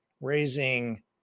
raising